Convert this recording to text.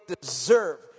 deserve